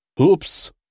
Oops